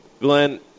Glenn